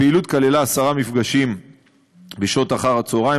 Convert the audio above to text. הפעילות כללה עשרה מפגשים בשעות אחר-הצהריים,